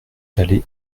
d’aller